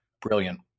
Brilliant